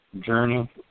Journey